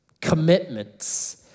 commitments